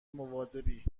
مواظبی